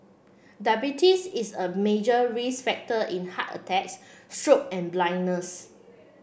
diabetes is a major risk factor in heart attacks stroke and blindness